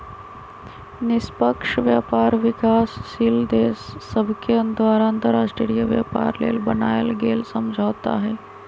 निष्पक्ष व्यापार विकासशील देश सभके द्वारा अंतर्राष्ट्रीय व्यापार लेल बनायल गेल समझौता हइ